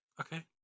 okay